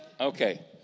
okay